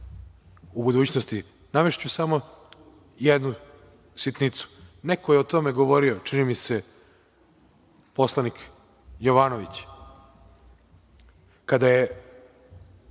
u budućnosti. Navešću samo jednu sitnicu. Neko je o tome govorio, čini mi se poslanik Jovanović. Kada je